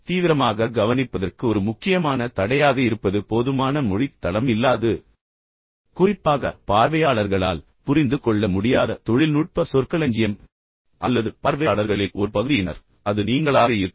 தீவிரமாக கவனிப்பதற்கு ஒரு முக்கியமான தடையாக இருப்பது போதுமான மொழித் தளம் இல்லாதது அதாவது பேச்சாளர் ஒரு வகையான சொற்களஞ்சியத்தைப் பயன்படுத்துகிறார் குறிப்பாக பார்வையாளர்களால் புரிந்து கொள்ள முடியாத தொழில்நுட்ப சொற்களஞ்சியம் அல்லது பார்வையாளர்களில் ஒரு பகுதியினர் அது நீங்களாக இருக்கலாம்